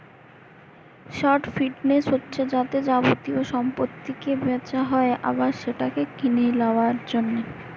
short finance হচ্ছে যাতে যাবতীয় সম্পত্তিকে বেচা হয় আবার সেটাকে কিনে লিয়ার জন্যে